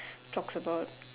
talks about